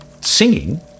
Singing